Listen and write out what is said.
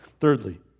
Thirdly